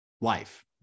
life